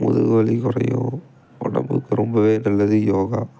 முதுகு வலி குறையும் உடம்புக்கு ரொம்பவே நல்லது யோகா